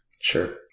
Sure